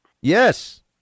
Yes